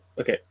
Okay